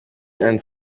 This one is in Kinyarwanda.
and